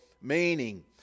Meaning